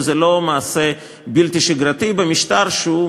וזה לא מעשה בלתי שגרתי במשטר שהוא,